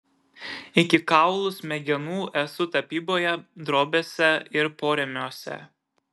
iki kaulų smegenų esu tapyboje drobėse ir porėmiuose